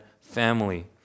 family